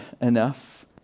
enough